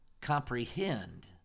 comprehend